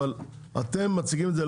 אבל למה אתם מציגים את זה?